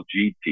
GT